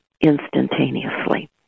instantaneously